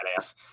ass